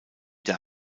der